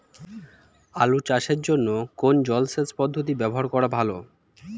আলু চাষের জন্য কোন জলসেচ পদ্ধতি ব্যবহার করা ভালো?